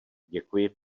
děkuji